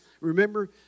Remember